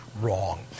wrong